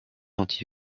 anti